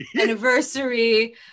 anniversary